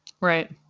Right